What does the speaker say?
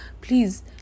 please